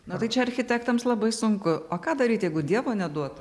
na tai čia architektams labai sunku o ką daryt jeigu dievo neduota